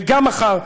וגם מחר,